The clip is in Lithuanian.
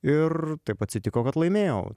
ir taip atsitiko kad laimėjau